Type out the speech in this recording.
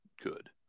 good